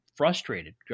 frustrated